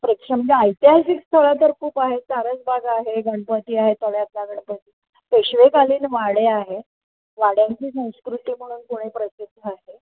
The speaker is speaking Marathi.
प्रेक्षणीय म्हणजे ऐतिहासिक स्थळं तर खूप आहेत सारसबाग आहे गणपती आहे तळ्यातला गणपती पेशवेकालीन वाडे आहे वाड्यांची संस्कृती म्हणून पुणे प्रसिद्ध आहे